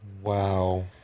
Wow